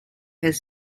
his